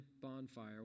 bonfire